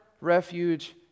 refuge